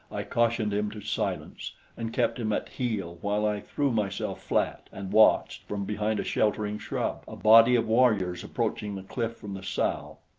i cautioned him to silence and kept him at heel while i threw myself flat and watched, from behind a sheltering shrub, a body of warriors approaching the cliff from the south.